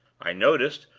i noticed,